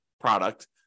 product